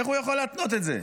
איך הוא יכול להתנות את זה?